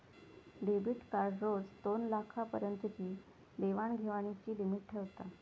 debit card रोज दोनलाखा पर्यंतची देवाण घेवाणीची लिमिट ठेवता